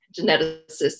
geneticists